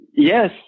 Yes